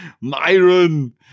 Myron